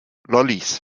lollis